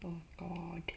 oh sad